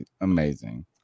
amazing